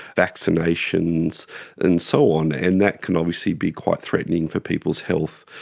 vaccinations and so on, and that can obviously be quite threatening for people's health.